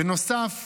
בנוסף,